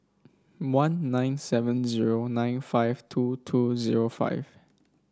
one nine seven zero nine five two two zero five